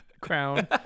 crown